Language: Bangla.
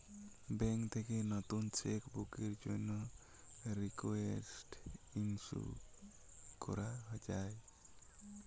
ব্যাঙ্ক থেকে নতুন চেক বুকের জন্যে রিকোয়েস্ট ইস্যু করা যায়